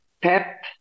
Pep